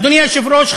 אדוני היושב-ראש,